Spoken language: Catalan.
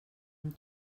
amb